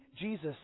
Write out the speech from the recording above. Jesus